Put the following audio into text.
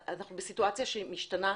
אנחנו בסיטואציה שהיא משתנה,